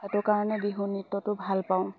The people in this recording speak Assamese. সেইটো কাৰণে বিহু নৃত্যটো ভাল পাওঁ